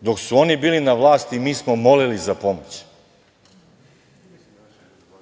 Dok su oni bili na vlasti mi smo molili za pomoć.